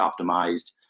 optimized